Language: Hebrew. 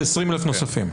זה 20,000 נוספים.